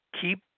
keep